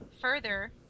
further